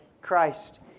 Christ